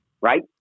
right